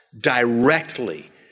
directly